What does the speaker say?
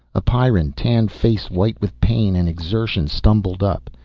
a pyrran, tan face white with pain and exertion, stumbled up.